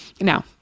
Now